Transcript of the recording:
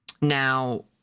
now